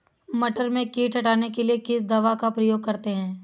मटर में कीट हटाने के लिए किस दवा का प्रयोग करते हैं?